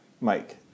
Mike